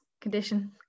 condition